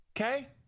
okay